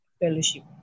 fellowship